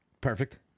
Perfect